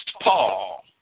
Paul